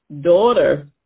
daughter